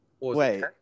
Wait